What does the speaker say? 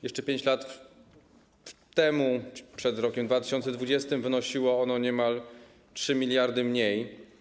Jeszcze 5 lat temu, przed rokiem 2020, wynosiło ono niemal 3 mld mniej.